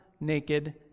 naked